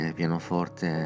pianoforte